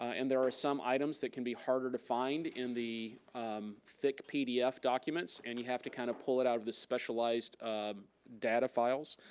and there are some items that can be harder to find in the thick pdf documents, and you have to kind of pull it out of the specialized data files,